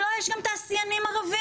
לא, יש גם תעשיינים ערבים.